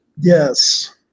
Yes